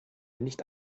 nicht